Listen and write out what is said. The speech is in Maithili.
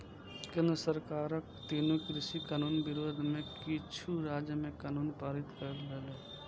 केंद्र सरकारक तीनू कृषि कानून विरोध मे किछु राज्य मे कानून पारित कैल गेलै